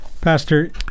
Pastor